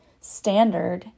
standard